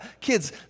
Kids